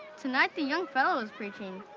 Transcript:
tonight, the young fellow is preaching.